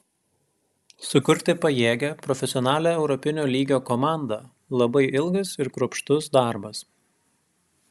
sukurti pajėgią profesionalią europinio lygio komandą labai ilgas ir kruopštus darbas